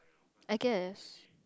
I guess